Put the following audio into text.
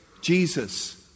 Jesus